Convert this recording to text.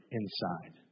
inside